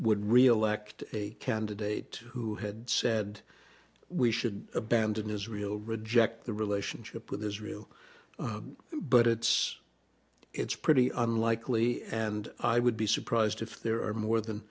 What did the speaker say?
would reelect a candidate who had said we should abandon israel reject the relationship with israel but it's it's pretty unlikely and i would be surprised if there are more than